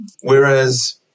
Whereas